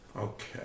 Okay